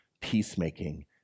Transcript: peacemaking